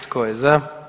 Tko je za?